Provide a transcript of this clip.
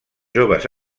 joves